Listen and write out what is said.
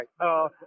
Right